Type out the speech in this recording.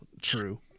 True